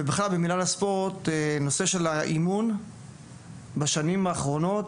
ובכלל במינהל הספורט הנושא של האימון בשנים האחרונות,